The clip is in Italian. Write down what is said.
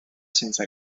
senza